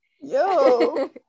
yo